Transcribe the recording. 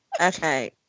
Okay